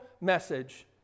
message